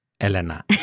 Elena